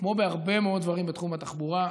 כמו בהרבה מאוד דברים בתחום התחבורה,